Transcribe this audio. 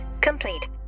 complete